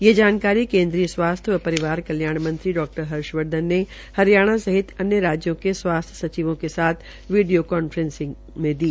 यह जानकारी केन्द्रीय स्वास्थ्य व परिवार कल्याण डॉ हर्षवर्धन ने हरियाणा सहित अन्य राज्यों के स्वास्थ्य सचिवों के साथ वीडियों कांफ्रेसिंग में दी